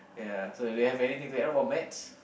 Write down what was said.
ya so if you have anything to add about maths